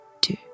two